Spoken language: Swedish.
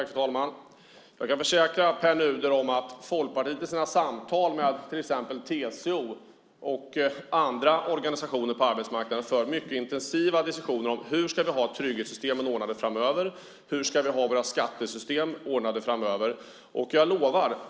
Fru talman! Jag kan försäkra Pär Nuder om att Folkpartiet i sina samtal med till exempel TCO och andra organisationer på arbetsmarknaden för mycket intensiva diskussioner om hur trygghetssystemen ska vara ordnade framöver och hur vi ska ha våra skattesystem ordnade framöver.